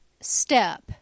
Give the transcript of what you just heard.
step